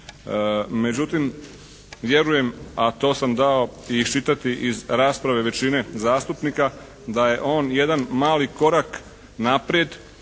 Međutim vjerujem, a to sam dao i iščitati iz rasprave većine zastupnika da je on jedan mali korak naprijed